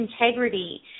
integrity